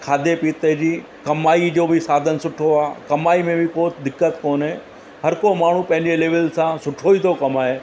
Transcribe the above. खाधे पीते जी कमाईअ जो बि साधनु सुठो आहे कमाई में बि को दिक़त कोन्हे हर को माण्हू पंहिंजे लेवल सां सुठो ई थो कमाए